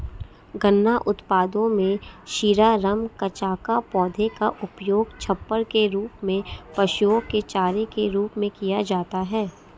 गन्ना उत्पादों में शीरा, रम, कचाका, पौधे का उपयोग छप्पर के रूप में, पशुओं के चारे के रूप में किया जाता है